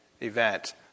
event